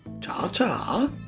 Ta-ta